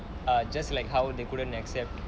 err just like how they couldn't accept